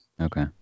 Okay